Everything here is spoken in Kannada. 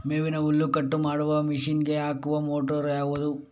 ಮೇವಿನ ಹುಲ್ಲು ಕಟ್ ಮಾಡುವ ಮಷೀನ್ ಗೆ ಹಾಕುವ ಮೋಟ್ರು ಯಾವುದು?